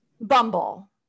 Bumble